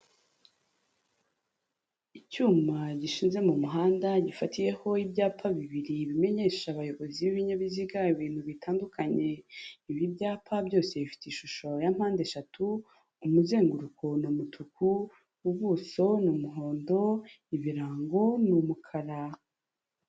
Icyuma gishinze mu muhanda gifatiyeho ibyapa bibiri, bimenyesha abayobozi b'ibinyabiziga ibintu bitandukanye, ibi byapa byose bifite ishusho ya mpande eshatu, umuzenguruko ni umutuku, ubuso ni umuhondo, ibirango ni umukara.